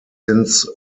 since